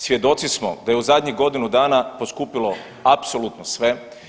Svjedoci smo da je u zadnjih godinu dana poskupilo apsolutno sve.